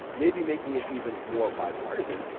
maybe making it even more bipartisan,